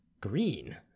green—